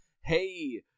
hey